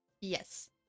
Yes